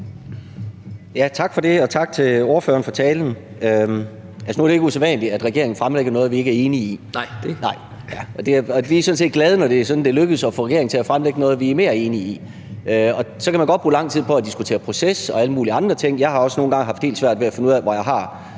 (EL): Tak for det, og tak til ordføreren for talen. Nu er det ikke usædvanligt, at regeringen fremsætter noget, vi ikke er enige i, og vi er sådan set glade, når det lykkes at få regeringen til at fremsætte noget, vi er mere enige i. Så kan man godt bruge lang tid på at diskutere proces og alle mulige andre ting. Jeg har også nogle gange haft helt svært ved at finde ud af, hvor jeg har